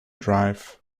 drive